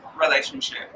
relationship